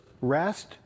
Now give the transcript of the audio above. rest